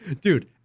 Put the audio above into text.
Dude